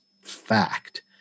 fact